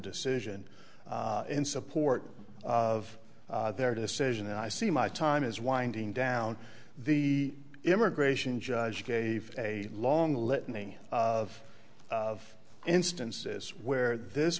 decision in support of their decision and i see my time is winding down the immigration judge gave a long litany of of instances where this